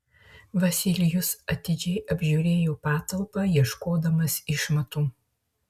vasilijus atidžiai apžiūrėjo patalpą ieškodamas išmatų